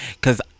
Cause